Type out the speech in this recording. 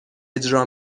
اجرا